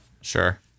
Sure